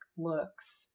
looks